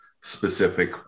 specific